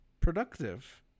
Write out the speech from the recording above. productive